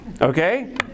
Okay